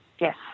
Yes